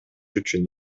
үчүн